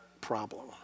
problem